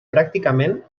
pràcticament